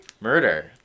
Murder